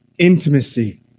intimacy